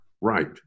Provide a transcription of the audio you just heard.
Right